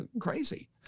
crazy